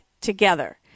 together